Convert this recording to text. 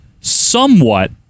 somewhat